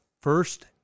first